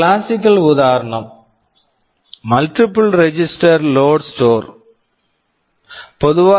ஒரு classical classical உதாரணம் multiple multiple register register load store load store